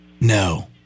No